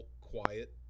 quiet